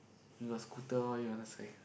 you got scooter what you want to say